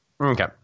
okay